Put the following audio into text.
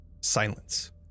silence